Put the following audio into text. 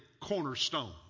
cornerstone